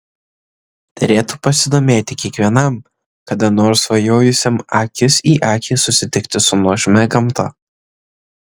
derėtų pasidomėti kiekvienam kada nors svajojusiam akis į akį susitikti su nuožmia gamta